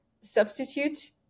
substitute